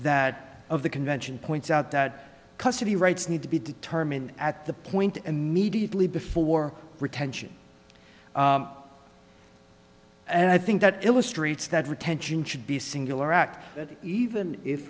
that of the convention points out that custody rights need to be determined at the point immediately before retention and i think that illustrates that retention should be